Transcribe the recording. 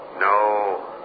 No